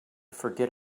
forget